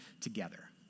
together